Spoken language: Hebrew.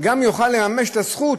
שגם הוא יוכל לממש את הזכות,